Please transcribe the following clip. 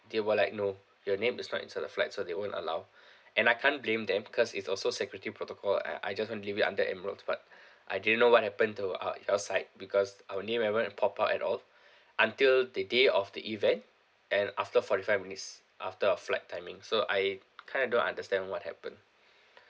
they were like no your name is not inside the flight so they won't allow and I can't blame them cause it's also security protocol I I just want to leave it under Emirates but I didn't know what happened to uh I was like because our name never even popped up at all until the day of the event and after forty five minutes after our flight timing so I kind of don't understand what happened